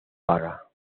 paga